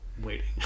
waiting